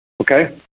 Okay